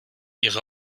ihre